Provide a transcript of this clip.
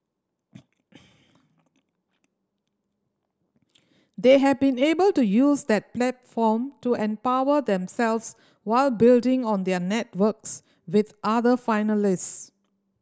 they have been able to use that platform to empower themselves while building on their networks with other finalist